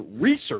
Research